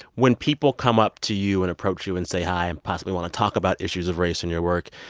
when people come up to you and approach you and say hi and possibly want to talk about issues of race in your work,